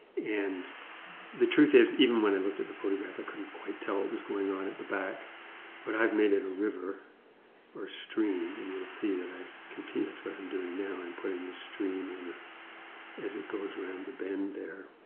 and the truth is, even when i looked at the photograph i couldn't quite tell what was going on at the back but i've made it a river or stream and you'll see that i continue, that's what i'm doing now. i'm putting the stream in as it goes around the bend there.